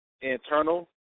internal